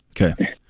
Okay